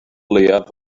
leiaf